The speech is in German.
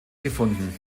gefunden